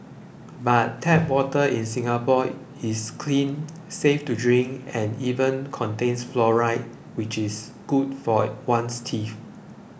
but tap water in Singapore is clean safe to drink and even contains fluoride which is good for one's teeth